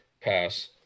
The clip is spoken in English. pass